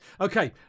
Okay